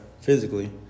physically